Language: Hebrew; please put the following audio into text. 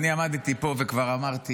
אני עמדתי פה וכבר אמרתי: